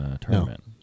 tournament